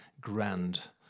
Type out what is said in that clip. grand